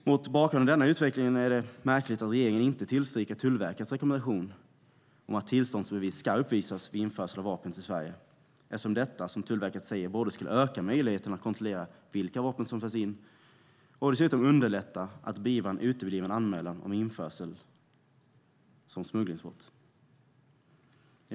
Mot bakgrund av denna utveckling är det märkligt att regeringen inte tillstyrker Tullverkets rekommendation att tillståndsbevis ska uppvisas vid införsel av vapen till Sverige eftersom detta, som Tullverket säger, skulle öka möjligheterna att kontrollera vilka vapen som förs in till Sverige och dessutom skulle underlätta att beivra en utebliven anmälan om införsel som smugglingsbrott.